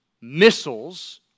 missiles